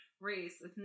race